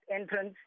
entrance